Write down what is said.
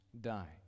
die